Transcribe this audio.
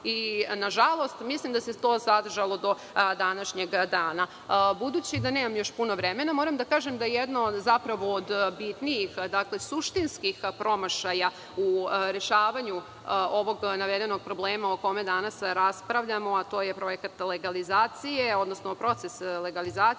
Nažalost, mislim da se to zadržalo i do današnjeg dana. Budući da nemam još puno vremena, moram da kažem da jedno od bitnijih, suštinskih promašaja u rešavanju ovog navedenog problema o kome danas raspravljamo, a to je proces legalizacije, desio se upravo